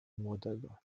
młodego